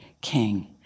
king